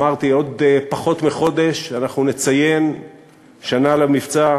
אמרתי, עוד פחות מחודש אנחנו נציין שנה למבצע.